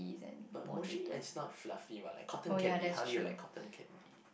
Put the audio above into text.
but mushy actually not fluffy what like cotton candy how do you like cotton candy